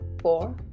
four